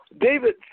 David